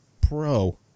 Pro